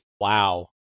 Wow